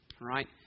right